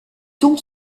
tombe